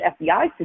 FBI